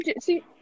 see